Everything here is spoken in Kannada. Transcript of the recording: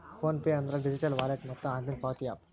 ಫೋನ್ ಪೆ ಅಂದ್ರ ಡಿಜಿಟಲ್ ವಾಲೆಟ್ ಮತ್ತ ಆನ್ಲೈನ್ ಪಾವತಿ ಯಾಪ್